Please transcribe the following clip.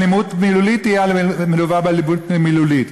אלימות מילולית תהיה מלווה באלימות מילולית.